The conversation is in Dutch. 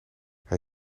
hij